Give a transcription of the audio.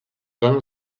pain